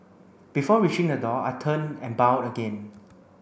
before reaching the door I turned and bowed again